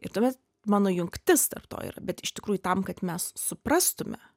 ir tuomet mano jungtis tarp to yra bet iš tikrųjų tam kad mes suprastume